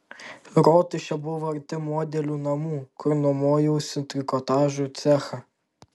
rotušė buvo arti modelių namų kur nuomojausi trikotažo cechą